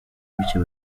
bityo